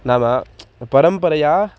नाम परम्परया